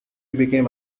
became